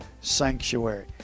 sanctuary